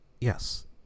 Yes